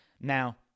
Now